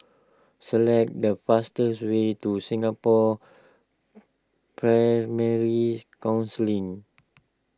select the fastest way to Singapore primary Council